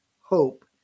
hope